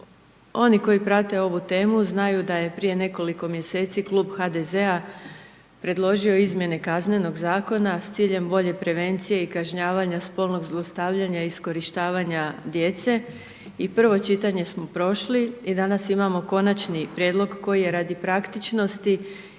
Oni koji prate ovu temu znaju da je prije nekoliko mjeseci Klub HDZ-a predložio izmjene Kaznenog zakona s ciljem bolje prevencije i kažnjavanja spolnog zlostavljanja, iskorištavanja djece i prvo čitanje smo prošli i danas imamo konačni prijedlog koji je radi praktičnosti